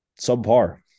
subpar